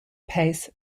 pace